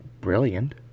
brilliant